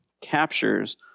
captures